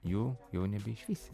jų jau nebeišvysi